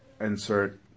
insert